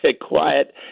quiet